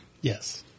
yes